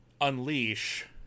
Unleash